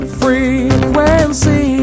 frequency